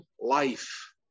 life